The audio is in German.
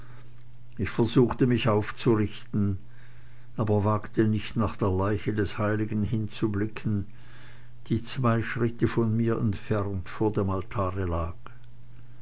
ich versuchte mich aufzurichten aber wagte nicht nach der leiche des heiligen hinzublicken die zwei schritte von mir entfernt vor dem altare lag